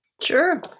Sure